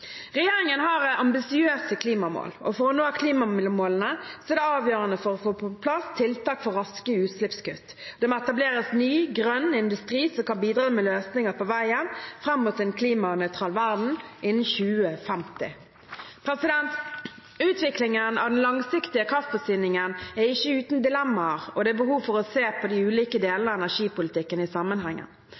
Regjeringen har ambisiøse klimamål. For å nå klimamålene er det avgjørende å få på plass tiltak for raske utslippskutt. Det må etableres ny, grønn industri som kan bidra med løsninger på veien fram mot en klimanøytral verden innen 2050. Utviklingen av den langsiktige kraftforsyningen er ikke uten dilemmaer, og det er behov for å se de ulike delene av energipolitikken i